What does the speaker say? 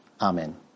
Amen